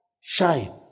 Shine